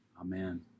Amen